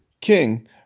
King